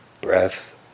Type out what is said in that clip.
breath